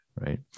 right